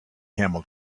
camel